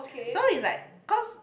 so is like cause